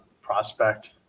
prospect